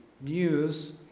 news